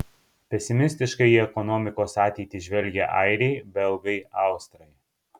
pesimistiškai į ekonomikos ateitį žvelgia airiai belgai austrai